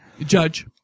Judge